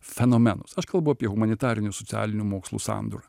fenomenus aš kalbu apie humanitarinių socialinių mokslų sandūrą